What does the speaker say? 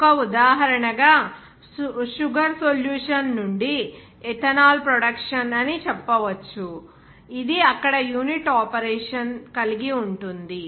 ఒక ఉదాహరణగా sugar solution నుండి ఇథనాల్ ప్రొడక్షన్ అని చెప్పవచ్చు ఇది అక్కడ యూనిట్ ఆపరేషన్ కలిగి ఉంటుంది